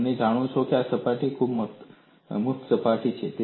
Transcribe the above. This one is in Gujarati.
અને તમે પણ જાણો છો કે આ સપાટી મુક્ત સપાટી છે